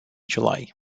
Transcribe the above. july